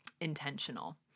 intentional